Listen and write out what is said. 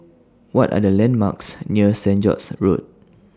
What Are The landmarks near Saint George's Road